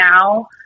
now